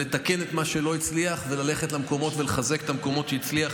לתקן את מה שלא הצליח וללכת למקומות ולחזק את המקומות שהצליח.